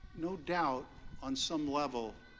no doubt on some level,